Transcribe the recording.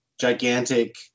gigantic